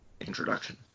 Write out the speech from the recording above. introduction